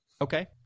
Okay